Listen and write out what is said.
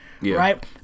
right